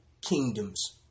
kingdoms